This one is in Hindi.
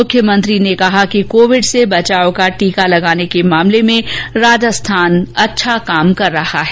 मुख्यमंत्री ने कहा कि कोविड से बचाव का टीका लगाने के मामले में राजस्थान अच्छा काम कर रहा है